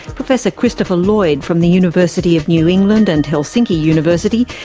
professor christopher lloyd from the university of new england and helsinki university,